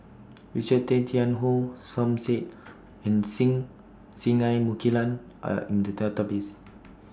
Richard Tay Tian Hoe Som Said and Singai Mukilan Are in The Database